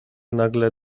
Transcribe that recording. nagle